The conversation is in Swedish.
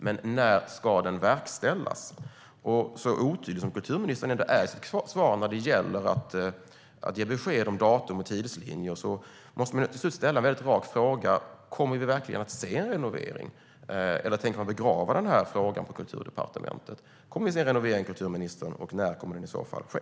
Men när ska den verkställas? Så otydlig som kulturministern är i sitt svar när det gäller att ge besked om datum och tidslinjer måste jag ställa några väldigt raka frågor. Kommer vi verkligen att se en renovering? Eller tänker man begrava den här frågan på Kulturdepartementet? Kommer vi att se en renovering, kulturministern, och när kommer den i så fall att ske?